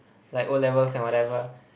like O-levels and whatever